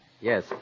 Yes